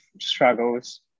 struggles